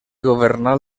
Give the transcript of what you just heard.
governar